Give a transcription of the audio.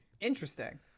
Interesting